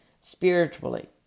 spiritually